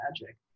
magic